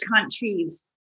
countries